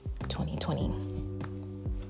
2020